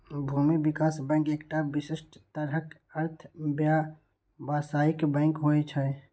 भूमि विकास बैंक एकटा विशिष्ट तरहक अर्ध व्यावसायिक बैंक होइ छै